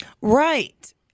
Right